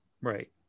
Right